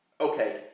Okay